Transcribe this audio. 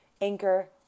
Anchor